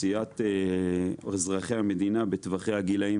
מאוכלוסיית אזרחי המדינה בטווחי הגילאים